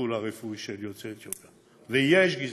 בטיפול הרפואי ביוצאי אתיופיה, ויש גזענות.